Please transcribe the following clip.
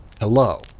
hello